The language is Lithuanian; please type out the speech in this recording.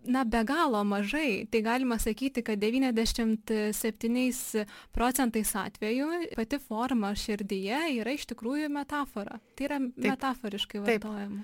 na be galo mažai tai galima sakyti kad devyniasdešimt septyniais procentais atvejų pati forma širdyje yra iš tikrųjų metafora tai yra metaforiškai vartojama